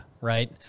right